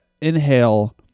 inhale